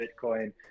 bitcoin